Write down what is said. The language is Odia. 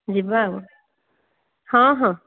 ଯିବା ଆଉ ହଁ ହଁ